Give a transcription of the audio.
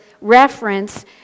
reference